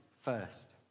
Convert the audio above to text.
first